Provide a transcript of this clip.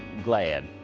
glad.